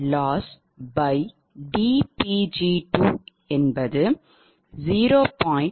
002Pg2 0